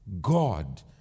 God